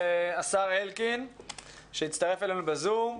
השר אלקין הצטרף אלינו בזום.